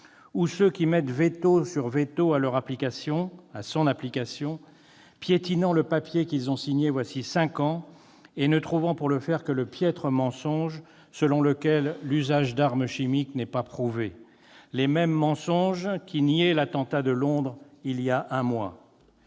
Ou ceux qui mettent veto sur veto à son application, piétinant le papier qu'ils ont signé voilà cinq ans et ne trouvant pour le faire que le piètre mensonge selon lequel l'usage d'armes chimiques n'est pas prouvé ? Les mêmes mensonges qui étaient avancés pour nier l'attentat de Londres il y a un mois.